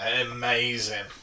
Amazing